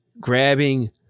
grabbing